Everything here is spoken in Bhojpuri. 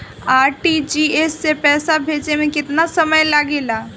आर.टी.जी.एस से पैसा भेजे में केतना समय लगे ला?